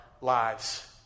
lives